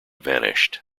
vanished